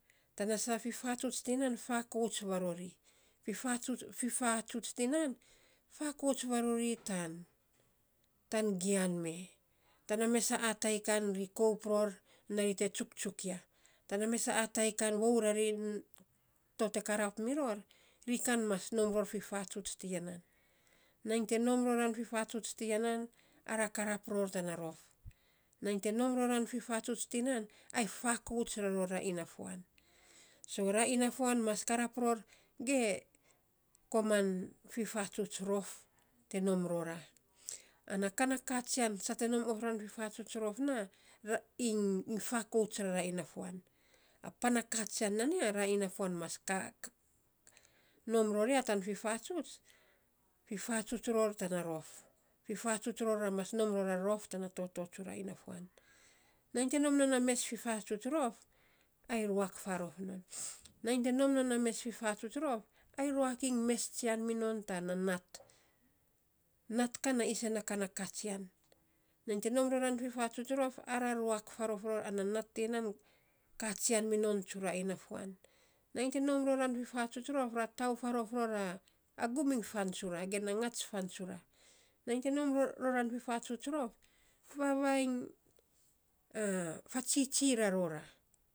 Tana saa fifatsuts tinan fakaut varori, fifatsuts tinan fakauts varori tan tan gian mee. Yana mes a atai kan ri koup ror ana ri te tsuktsuk ya, tana mes a atai kan to vou rari te karap miror ri kan mas nom ror fifatsuts tiya nan. Nainy te nom roran fifatsuts tiya nan, ara karap ror tana rof. Nainy te nom roran fifatsuts tiya nan ai fakauts rarora inafuan. So ra inafuan mas karap ror ge, koman fifatsuts rof te nom rora. Ana ka na katsian sa te nom ot roran fifatsuts rof naa iny iny fakauts rara inafuan. A pana katsian nan ya, ra inafuan mas nom ror ya tan fifatsuts, fifatsuts ror tana rof, fifatsuts rof ra mas nom ror a rof tana toto tsura inafuan. Ai te nom non na mes fifatsuts rof, ai ruak faarof non. Nainy te nom non a mes fifatsuts rof, ai ruak iny mes tsian minon tana nat. Nat kan a isen na ka na katsian. Nainy te nom roran fifatsuts rof, ara ruak faarof ror ana nat ti ya nan kaa tsian minon tsura inafuan. Nainy te nom rora fifatsuts rof, ra tau faarof ror gum iny fan tsura, ge na ngats fan tsura. Nainy te nom roran fifatsuts rof, vavainy fatsitsi raro ra.